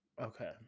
Okay